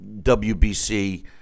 WBC